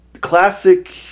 classic